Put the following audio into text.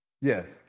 yes